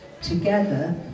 together